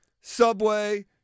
Subway